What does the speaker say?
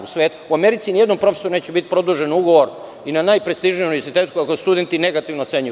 U svetu, u Americi ni jednom profesoru neće biti produžen ugovor i najprestižnijem univerzitetu ako ga studenti negativno ocenjuju.